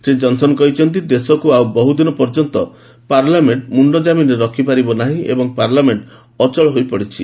Shri Johnson କହିଛନ୍ତି ଦେଶକୁ ଆଉ ବହୁଦିନ ପର୍ଯ୍ୟନ୍ତ ପାର୍ଲାମେଣ୍ଟ ମୁଣ୍ଡକାମିନ୍ରେ ରଖିପାରିବ ନାହିଁ ଏବଂ ପାର୍ଲାମେଣ୍ଟ ଅଚଳ ହୋଇପଡ଼ିଛି